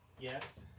Yes